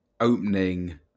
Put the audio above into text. opening